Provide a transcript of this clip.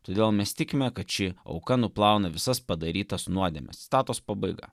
todėl mes tikime kad ši auka nuplauna visas padarytas nuodėmes citatos pabaiga